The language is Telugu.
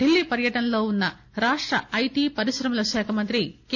డిల్లీ పర్యటనలో ఉన్న రాష్ట ఐటీ పరిశ్రమల శాఖ మంత్రి కె